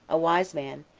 a wise man,